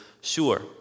sure